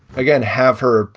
again, have her,